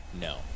No